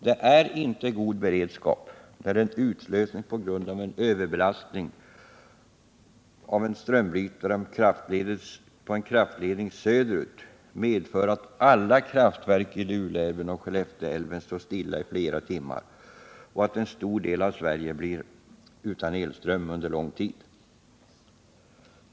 Det är inte god beredskap när en utlösning på grund av en överbelastning av en strömbrytare på en kraftledning söderut medför att alla kraftverk i Luleälven och Skellefteälven står stilla i flera timmar och att en stor del av Sverige blir utan elström under lång tid.